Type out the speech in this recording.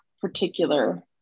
particular